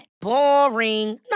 boring